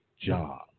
job